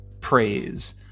praise